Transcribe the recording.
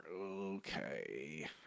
Okay